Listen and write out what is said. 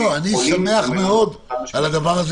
אני שמח על כך.